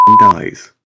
dies